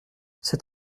c’est